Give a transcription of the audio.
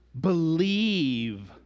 believe